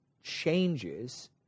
changes